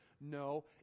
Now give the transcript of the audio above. no